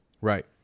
right